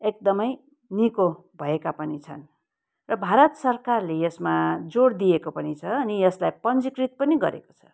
एकदमै निको भएका पनि छन् र भारत सरकारले यसमा जोड दिएको पनि छ अनि यसलाई पञ्जीकृत पनि गरेको छ